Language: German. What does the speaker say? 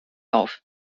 auf